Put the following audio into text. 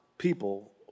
people